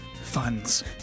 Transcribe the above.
funds